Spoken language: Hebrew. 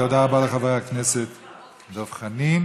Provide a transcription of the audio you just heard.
תודה רבה לחבר הכנסת דב חנין.